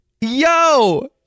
Yo